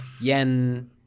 yen